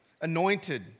anointed